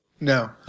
No